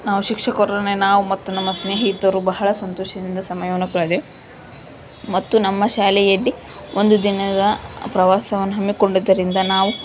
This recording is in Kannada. ನಾವು ಶಿಕ್ಷಕರೊಡನೆ ನಾವು ಮತ್ತು ನಮ್ಮ ಸ್ನೇಹಿತರು ಬಹಳ ಸಂತೋಷದಿಂದ ಸಮಯವನ್ನು ಕಳೆದೆವು ಮತ್ತು ನಮ್ಮ ಶಾಲೆಯಲ್ಲಿ ಒಂದು ದಿನದ ಪ್ರವಾಸವನ್ನು ಹಮ್ಮಿಕೊಂಡಿದ್ದರಿಂದ ನಾವು